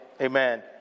amen